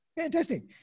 Fantastic